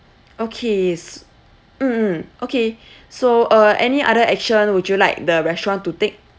okays mm mm okay so uh any other action would you like the restaurant to take